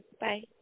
Bye